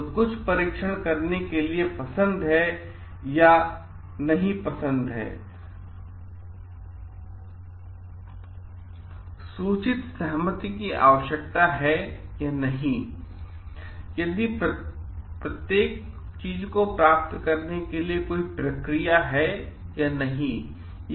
तो कुछ परीक्षण करने के लिए पसंद है क्या पसंद है सूचित सहमति की आवश्यकता है या नहीं तो यदि प्राप्त करने की प्रक्रिया क्या है